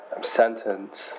sentence